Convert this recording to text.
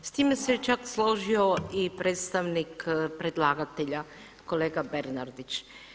S time se čak složio i predstavnik predlagatelja, kolega Bernardić.